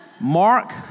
Mark